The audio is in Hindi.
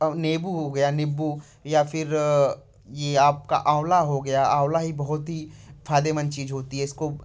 और नीबू हो गया नीबू या फिर ये आपका आँवला हो गया आँवला ही बहुत ही फायदेमंद चीज होती है इसको